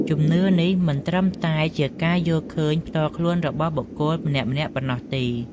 ជំនឿនេះមិនត្រឹមតែជាការយល់ឃើញផ្ទាល់ខ្លួនរបស់បុគ្គលម្នាក់ៗប៉ុណ្ណោះទេ។